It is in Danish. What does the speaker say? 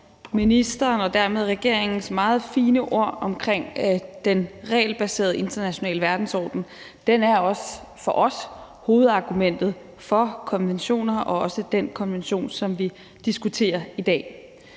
ministeren og dermed regeringens meget fine ord omkring den regelbaserede internationale verdensorden. Den er også for os hovedargumentet for konventioner og også den konvention, som vi diskuterer i dag.